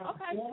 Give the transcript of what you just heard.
Okay